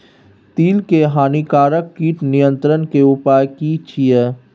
तिल के हानिकारक कीट नियंत्रण के उपाय की छिये?